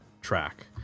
track